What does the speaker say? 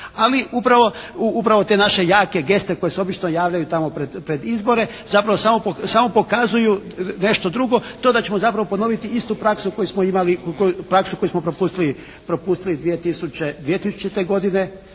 Ali upravo te naše jake geste koje se obično javljaju tamo pred izbore zapravo samo pokazuju nešto što drugo, to da ćemo zapravo ponoviti praksu koju smo imali, praksu koju smo propustili 2000. godine